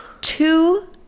two